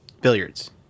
billiards